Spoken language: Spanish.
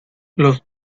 los